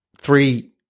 three